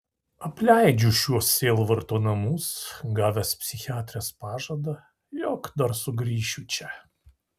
apleidžiu šiuos sielvarto namus gavęs psichiatrės pažadą jog dar sugrįšiu čia